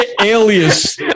alias